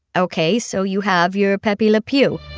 okay? so, you have your pepe le pew